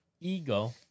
ego